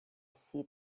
see